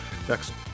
Excellent